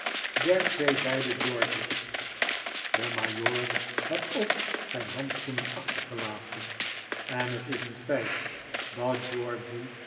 der twee beide george's de majoor had ook zijn handschoenen achtergelaten en het is een feit dat georgy